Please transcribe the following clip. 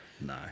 No